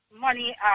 money